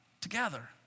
together